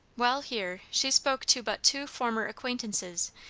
while here, she spoke to but two former acquaintances,